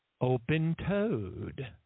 Open-toed